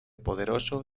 poderoso